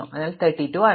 അതിനാൽ 32 ആണ്